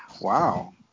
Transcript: Wow